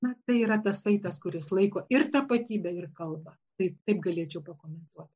na tai yra tas tas kuris laiko ir tapatybę ir kalbą tai taip galėčiau pakomentuoti